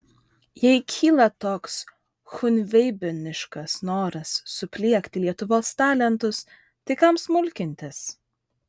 jei kyla toks chunveibiniškas noras supliekti lietuvos talentus tai kam smulkintis